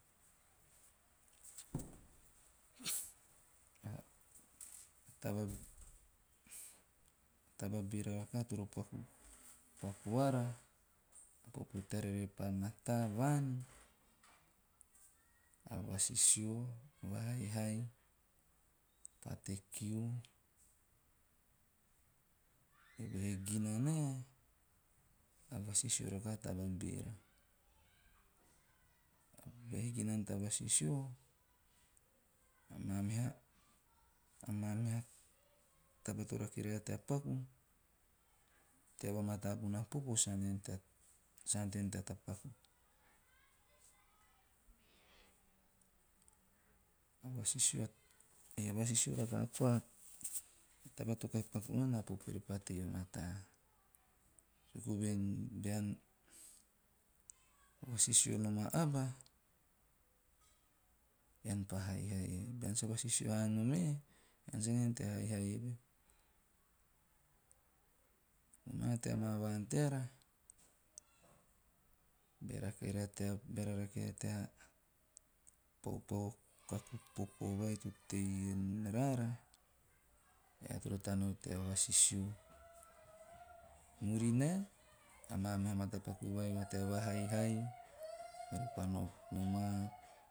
A taba beera rakaha toro paku ana a popo teara repa mataa vaan, a vasisio, haihai, pate kiu. Eve he a vasisio rakaha a taba beera. Be hiki nana ta vasisio, amaa meha taba to rake raara tea paku tea va mataa bona popo sar ante haana tea tapaku. A vasisio a nakaha koa a taba to kahi paku nana a popo repa mataa, suku voen bean visisio haa nom e, ean sa ante haa nom tea haihai eve. Tea maa vaan teara be rake nana uninteligible beara rake rara tea paupau o kaku popo vai to tei raara, eara toro taneo tea vasisio, murinae amaa meha matapaku vai va tea va haihai ore pa noma.